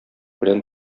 белән